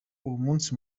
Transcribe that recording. munsi